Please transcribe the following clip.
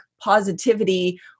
positivity